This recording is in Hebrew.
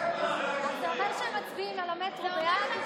אומר שאתם מצביעים על המטרו בעד?